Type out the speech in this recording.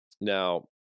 Now